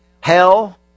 hell